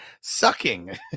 sucking